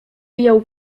jął